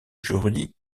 jury